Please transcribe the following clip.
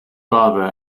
father